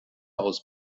aus